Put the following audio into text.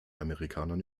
amerikanern